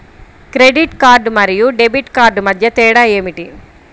Credit card మరియు debit card మధ్య తేడా ఏమిటి?